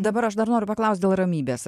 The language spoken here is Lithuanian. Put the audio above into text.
dabar aš dar noriu paklaust dėl ramybės